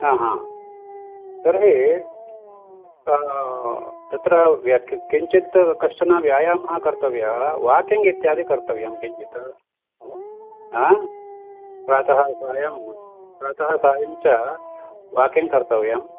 आ हा तर्हि तत्र किञ्चित् कश्चनः व्यायामः कर्तव्यः वाकिंग् इत्यादि कर्तव्यम् किञ्चित् प्रातः सायं प्रातः सायं च वाकिंग् कर्तव्यम्